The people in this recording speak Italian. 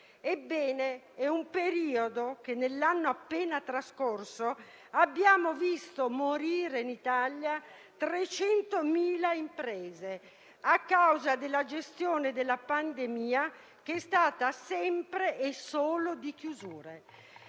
miliardi di euro. Nell'anno appena trascorso abbiamo visto morire in Italia 300.000 imprese a causa della gestione della pandemia, che è stata sempre e solo di chiusure.